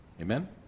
Amen